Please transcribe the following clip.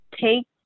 take